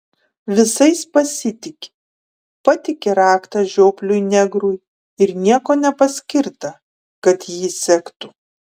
visais pasitiki patiki raktą žiopliui negrui ir nieko nepaskirta kad jį sektų